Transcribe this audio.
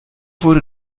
wurde